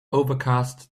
overcast